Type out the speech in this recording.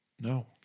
No